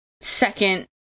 second